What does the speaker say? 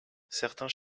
certains